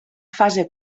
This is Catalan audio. fase